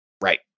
Right